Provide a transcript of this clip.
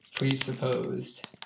Presupposed